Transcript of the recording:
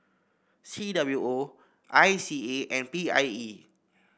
C W O I C A and P I E